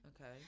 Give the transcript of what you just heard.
Okay